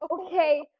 okay